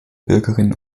bürgerinnen